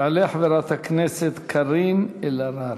תעלה חברת הכנסת קארין אלהרר.